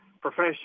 professional